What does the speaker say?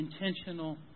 intentional